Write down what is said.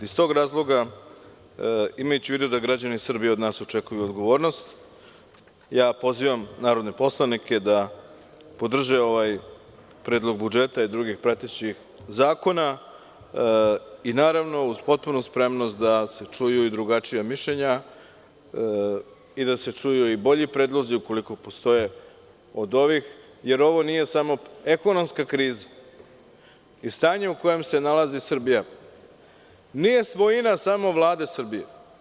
Iz tog razloga, imajući u vidu da građani Srbije od nas očekuju odgovornost, pozivam narodne poslanike da podrže ovaj Predlog budžeta i druge prateće zakone i naravno uz potpunu spremnost da se čuju i drugačija mišljenja i da se čuju bolji predlozi, ukoliko postoje od ovih, jer ovo nije ekonomska kriza i stanje u kojem se nalazi Srbija nije svojina samo Vlade Srbije.